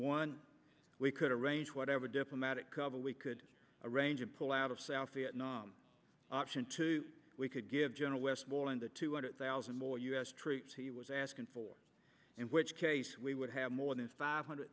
one we could arrange whatever diplomatic cover we could arrange or pull out of south vietnam option two we could give general westmoreland the two hundred thousand more u s troops he was asking for in which case we would have more than five hundred